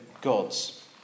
gods